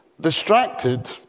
distracted